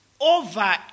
over